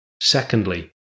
Secondly